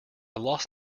lost